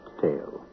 tale